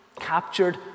captured